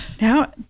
now